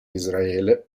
israele